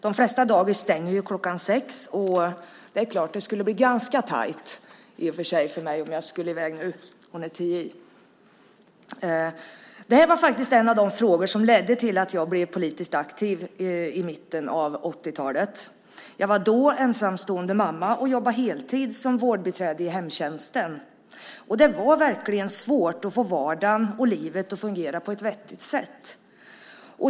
De flesta dagis stänger ju kl. 18. Det skulle bli ganska tajt i och för sig för mig om jag skulle i väg nu. Klockan är tio i. Det här var en av de frågor som ledde till att jag blev politiskt aktiv i mitten av 80-talet. Jag var då ensamstående mamma och jobbade heltid som vårdbiträde i hemtjänsten. Det var verkligen svårt att få vardagen och livet att fungera på ett vettigt sätt.